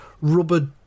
rubber